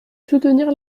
soutenir